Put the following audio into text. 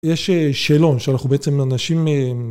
יש שאלון שאנחנו בעצם אנשים.